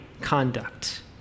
conduct